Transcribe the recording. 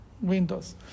windows